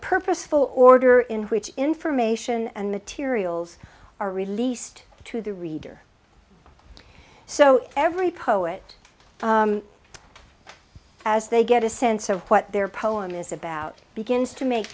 purposeful order in which information and materials are released to the reader so every poet as they get a sense of what their poem is about begins to make